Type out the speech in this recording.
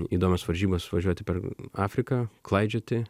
įdomios varžybas važiuoti per afriką klaidžioti